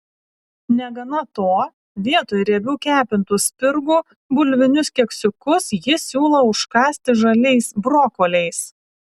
negana to vietoj riebių kepintų spirgų bulvinius keksiukus jis siūlo užkąsti žaliais brokoliais